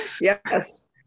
Yes